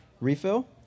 Refill